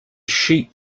sheep